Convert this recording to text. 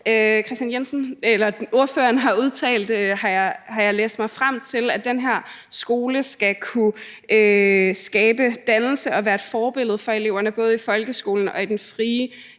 om noget andet. Ordføreren har udtalt, har jeg læst mig frem til, at den her skole skal kunne skabe dannelse og være et forbillede for eleverne både i folkeskolen og i de frie